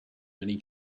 many